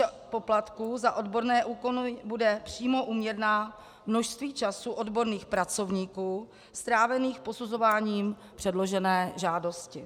Výše poplatků za odborné úkony bude přímo úměrná množství času odborných pracovníků strávených posuzováním předložené žádosti.